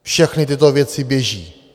Všechny tyto věci běží.